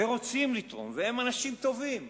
ורוצים לתרום, והם אנשים טובים,